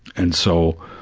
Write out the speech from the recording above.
and so,